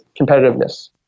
competitiveness